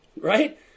right